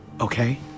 Okay